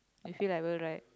you feel Rival right